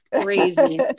crazy